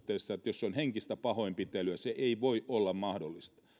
suhteessa sananvapaus jos se on henkistä pahoinpitelyä ei voi olla mahdollista